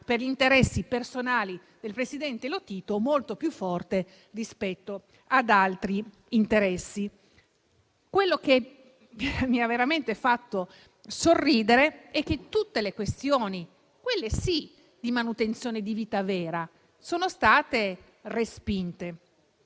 per gli interessi personali del presidente Lotito, molto più forte rispetto ad altri interessi. Quello che mi ha veramente fatto sorridere è che tutte le misure, quelle sì, di manutenzione inerenti alla vita vera sono state respinte.